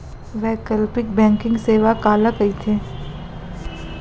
वैकल्पिक बैंकिंग सेवा काला कहिथे?